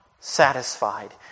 satisfied